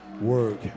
work